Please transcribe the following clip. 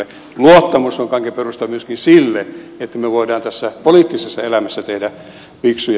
luottamus on kaiken perusta myöskin sille että me voimme tässä poliittisessa elämässä tehdä yksi